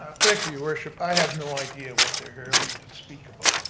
ah thank you your worship. i have no idea what they're here speak about.